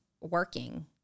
working